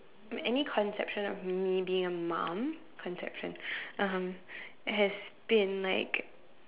any conception of me being a mum conception um has been like